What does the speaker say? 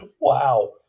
Wow